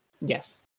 Yes